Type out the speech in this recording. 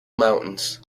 mountains